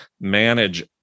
manage